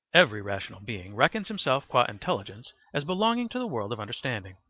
every rational being reckons himself qua intelligence as belonging to the world of understanding,